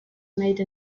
made